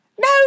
No